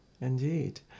indeed